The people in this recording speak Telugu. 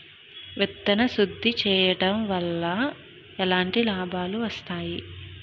విత్తన శుద్ధి చేయడం వల్ల ఎలాంటి లాభాలు వస్తాయి?